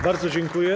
Bardzo dziękuję.